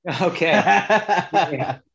Okay